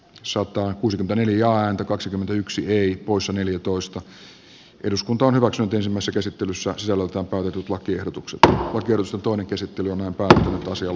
sota on kuusi miljoonaa ääntä kaksikymmentäyksi ei käsittelyn pohjana on hyväksynyt omassa käsittelyssään sielultaan tukevat tiedotukset oikeusjutun käsittely alkaa valtiovarainvaliokunnan mietintö